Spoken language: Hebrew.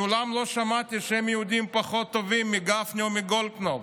מעולם לא שמעתי שהם יהודים פחות טובים מגפני או מגולדקנופ.